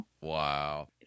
wow